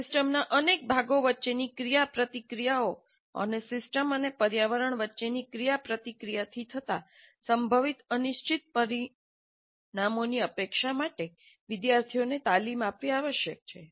સિસ્ટમના અનેક ભાગો વચ્ચેની ક્રિયાપ્રતિક્રિયાઓ અને સિસ્ટમ અને પર્યાવરણ વચ્ચેની ક્રિયાપ્રતિક્રિયાથી થતા સંભવિત અનિશ્ચિત પરિણામોની અપેક્ષા માટે વિદ્યાર્થીઓને તાલીમ આપવી આવશ્યક છે